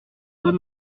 deux